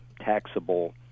taxable